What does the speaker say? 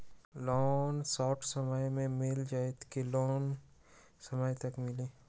Loan short समय मे मिल जाएत कि लोन समय तक मिली?